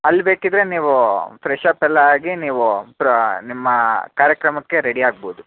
ಅಲ್ಲಿ ಬೇಕಿದ್ದರೆ ನೀವು ಫ್ರೆಶಪ್ ಎಲ್ಲ ಆಗಿ ನೀವು ಪ್ರ ನಿಮ್ಮ ಕಾರ್ಯಕ್ರಮಕ್ಕೆ ರೆಡಿ ಆಗ್ಬೋದು